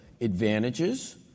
advantages